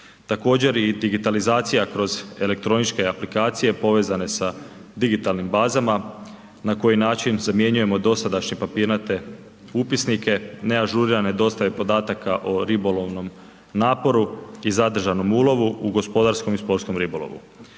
Također i digitalizacija kroz elektroničke aplikacije povezane sa digitalnim bazama, na koji način zamjenjujemo dosadašnje papirnate upisnike, neažurirane dostave podataka o ribolovnom naporu i zadržanom ulovu u gospodarskom i sportskom ribolovu.